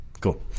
cool